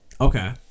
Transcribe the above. Okay